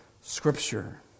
Scripture